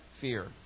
fear